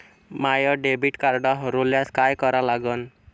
माय debit card हरोल्यास काय करा लागन?